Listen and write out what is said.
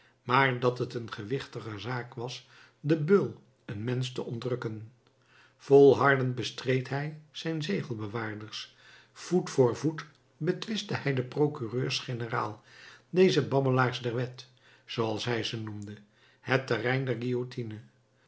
maar dat het een gewichtiger zaak was den beul een mensch te ontrukken volhardend bestreed hij zijn zegelbewaarders voet voor voet betwistte hij den procureurs generaal deze babbelaars der wet zooals hij ze noemde het terrein der guillotine